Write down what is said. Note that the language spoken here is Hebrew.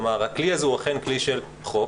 כלומר, הכלי הזה הוא אכן כלי של חוק,